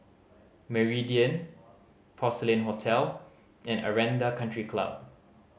Meridian Porcelain Hotel and Aranda Country Club